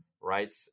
right